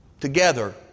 together